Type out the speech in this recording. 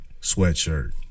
sweatshirt